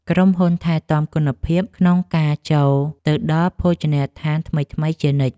ក្រុមហ៊ុនថែទាំគុណភាពក្នុងការចូលទៅដល់ភោជនីយដ្ឋានថ្មីៗជានិច្ច។